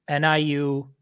NIU